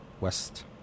West